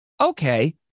Okay